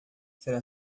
será